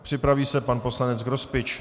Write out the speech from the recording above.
Připraví se pan poslanec Grospič.